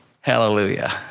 Hallelujah